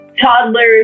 toddlers